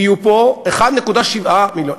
יהיו פה 1.7 מיליון,